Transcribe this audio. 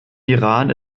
iran